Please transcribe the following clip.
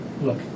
look